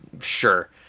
sure